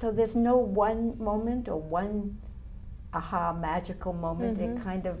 so there's no one moment a one ahau magical moment in kind